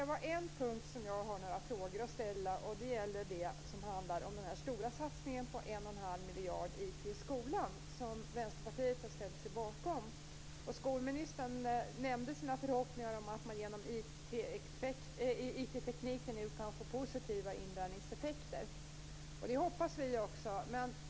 På en punkt har jag några frågor att ställa, och det gäller den stora satsningen om en och en halv miljard på IT i skolan som Vänsterpartiet har ställt sig bakom. Skolministern nämnde sina förhoppningar om positiva inlärningseffekter genom IT. Det hoppas vi också.